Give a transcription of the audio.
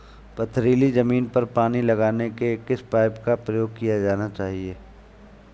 पथरीली ज़मीन पर पानी लगाने के किस पाइप का प्रयोग किया जाना चाहिए?